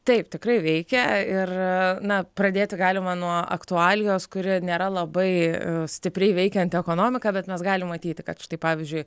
taip tikrai veikia ir na pradėti galima nuo aktualijos kuri nėra labai stipriai veikianti ekonomiką bet mes galim matyti kad štai pavyzdžiui